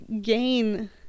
gain